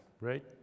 right